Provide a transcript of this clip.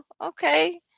Okay